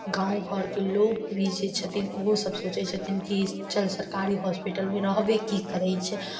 गाँव घरके लोग भी जे छथिन ओहो सब सोचै छथिन कि चन्द सरकारी हॉस्पिटलमे रहबे की करै छै